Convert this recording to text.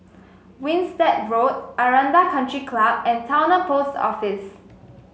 Winstedt Road Aranda Country Club and Towner Post Office